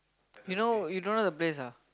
you don't know you don't know the place ah